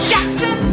Jackson